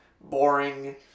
boring